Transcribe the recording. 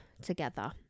together